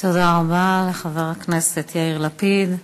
תודה רבה לחבר הכנסת יאיר לפיד.